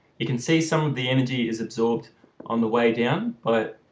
you can see some of the energy is absorbed on the way down but